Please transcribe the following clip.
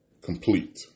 complete